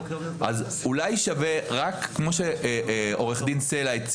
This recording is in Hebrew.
אולי שווה כמו שהציעה עו"ד סלע,